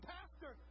Pastor